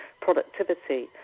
productivity